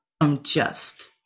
unjust